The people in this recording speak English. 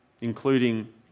including